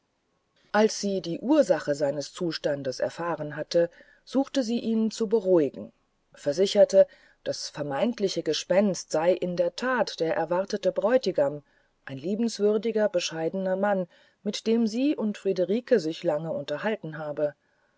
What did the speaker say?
als sie die ursache seines zustandes erfahren hatte suchte sie ihn zu beruhigen versicherte das vermeintliche gespenst sei in der tat der erwartete bräutigam ein liebenswürdiger bescheidener mann mit dem sie und friederike sich lange unterhalten habe